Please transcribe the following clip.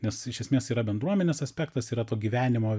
nes iš esmės yra bendruomenės aspektas yra to gyvenimo